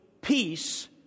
peace